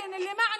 אבל את המשמעות,